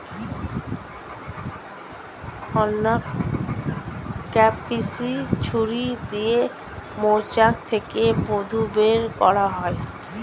uncapping ছুরি দিয়ে মৌচাক থেকে মধু বের করা হয়